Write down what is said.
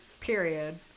period